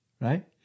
right